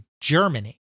Germany